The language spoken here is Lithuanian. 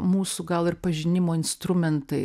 mūsų gal ir pažinimo instrumentai